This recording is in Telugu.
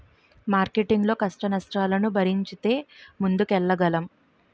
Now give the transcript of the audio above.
మార్కెటింగ్ లో కష్టనష్టాలను భరించితే ముందుకెళ్లగలం